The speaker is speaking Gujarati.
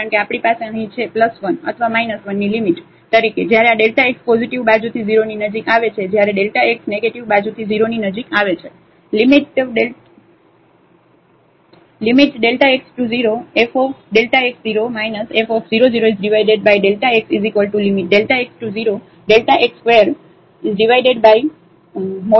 1 અથવા 1 ની લિમિટ તરીકે જ્યારે આ Δ x પોઝિટિવ બાજુથી 0 ની નજીક આવે છે જ્યારે Δ x નેગેટીવ બાજુથી 0 ની નજીક આવે છે